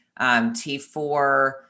T4